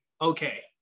okay